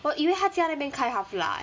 我以为她家那边开 Havla eh